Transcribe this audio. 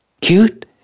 cute